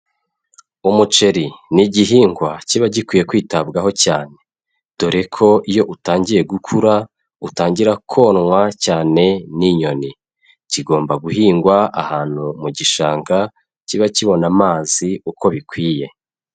Umuceri ni igihingwa kiba gikwiye kwitabwaho cyane. Dore ko iyo utangiye gukura utangira konwa cyane n'inyoni. Kigomba guhingwa ahantu mu gishanga kiba kibona amazi uko bikwiye.